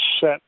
set